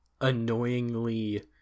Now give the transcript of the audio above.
annoyingly